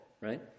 right